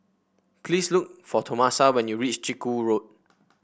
please look for Tomasa when you reach Chiku Road